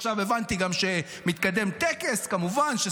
עכשיו הבנתי גם שמתקדם טקס, כמובן של